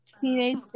teenage